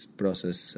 process